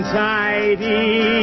tidy